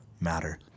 matter